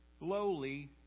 lowly